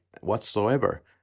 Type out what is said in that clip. whatsoever